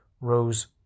rose